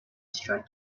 strike